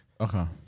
Okay